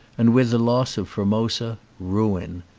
and with the loss of formosa, ruin.